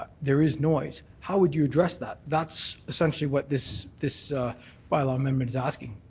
there is noise, how would you address that? that's essentially what this this bylaw amendment is asking,